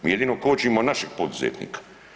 Mi jedino kočimo našeg poduzetnika.